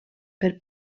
per